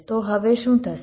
તો હવે શું થશે